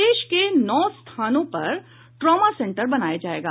प्रदेश के नौ स्थानों पर ट्रॉमा सेंटर बनाया जायेगा